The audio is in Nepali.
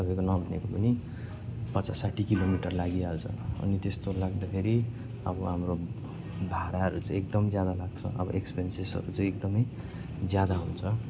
तपाईँको नभनेको पनि पचास साठी किलोमिटर लागिहाल्छ अनि त्यस्तो लाग्दाखेरि अब हाम्रो भाडाहरू चाहिँ एकदम ज्यादा लाग्छ अब एक्सपेन्सेसहरू चाहिँ एकदमै ज्यादा हुन्छ